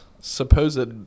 supposed